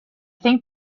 think